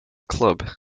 club